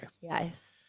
yes